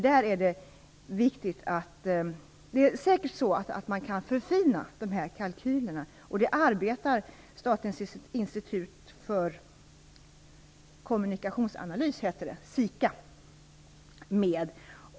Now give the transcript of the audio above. Man kan säkerligen förfina de här kalkylerna, och det är något som Statens institut för kommunikationsanalys, SIKA, är sysselsatt med.